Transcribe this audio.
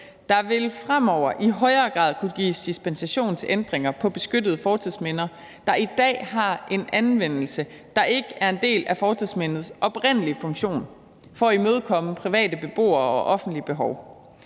Der vil fremover i højere grad kunne gives dispensation til ændringer på beskyttede fortidsminder, der i dag har en anvendelse, der ikke er en del af fortidsmindets oprindelige funktion, for at imødekomme private beboere og offentlige behov.